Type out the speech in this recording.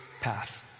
path